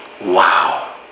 Wow